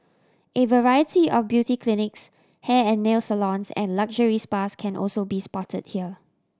a variety of beauty clinics hair and nail salons and luxury spas can also be spotted here